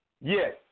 Yes